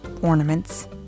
ornaments